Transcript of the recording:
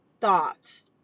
thoughts